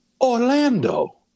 Orlando